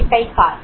এটাই কাজ